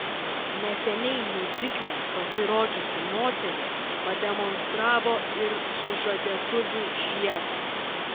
neseniai miuzikle pasirodžiusi moteris pademonstravo ir sužadėtuvių žiedą